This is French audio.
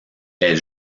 elle